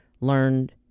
learned